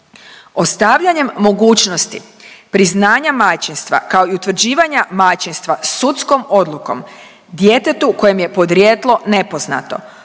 Ostavljanjem mogućnosti priznanja majčinstva, kao i utvrđivanja majčinstva sudskom odlukom djetetu kojem je podrijetlo nepoznato